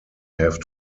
have